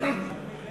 ירושלמי בן ירושלמי.